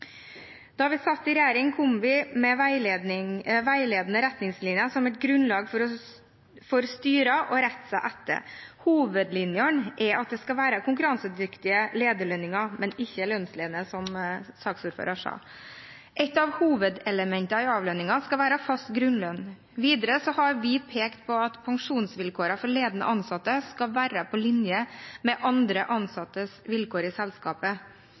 Da vi satt i regjering, kom vi med veiledende retningslinjer som et grunnlag for styrene å rette seg etter. Hovedlinjen er at det skal være konkurransedyktige lederlønninger, men ikke lønnsledende, som saksordføreren sa. Et av hovedelementene i avlønningen skal være fast grunnlønn. Videre har vi pekt på at pensjonsvilkårene for ledende ansatte skal være på linje med andre ansattes vilkår i selskapet,